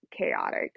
chaotic